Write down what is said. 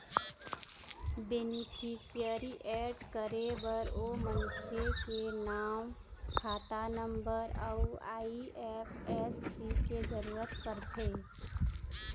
beneficiary add करे बर ओ मनखे के नांव, खाता नंबर अउ आई.एफ.एस.सी के जरूरत परथे